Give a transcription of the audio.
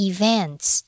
Events